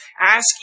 Ask